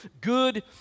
Good